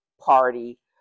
party